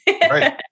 Right